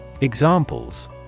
Examples